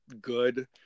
good